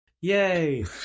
Yay